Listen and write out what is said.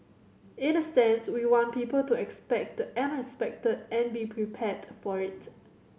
in a sense we want people to expect the unexpected and be prepared for it